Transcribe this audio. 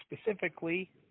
specifically